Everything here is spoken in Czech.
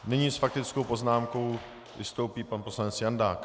Nyní s faktickou poznámkou vystoupí pan poslanec Jandák.